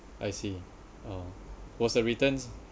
I see oh was the returns